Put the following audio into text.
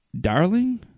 Darling